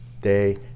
day